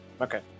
Okay